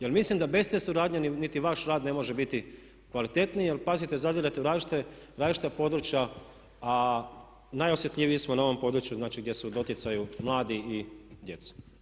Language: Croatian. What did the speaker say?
Jer mislim da bez te suradnje niti vaš rad ne može biti kvalitetniji jer pazite zadirete u različita područja a najosjetljiviji smo na ovom području gdje su u doticaju mladi i djeca.